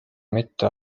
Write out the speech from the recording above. mitte